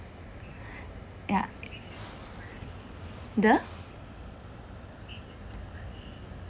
ya the